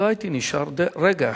לא הייתי נשאר רגע אחד,